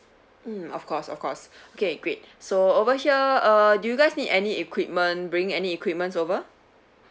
mm of course of course okay great so over here uh do you guys need any equipment bringing any equipment over